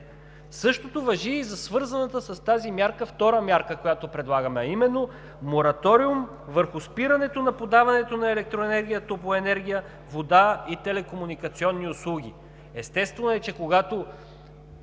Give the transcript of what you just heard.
Същото важи и за свързаната с тази мярка, втора мярка, която предлагаме, а именно: мораториум върху спирането на подаването на електроенергия, топлоенергия, вода и телекомуникационни услуги. Естествено е, че когато